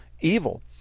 evil